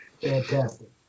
Fantastic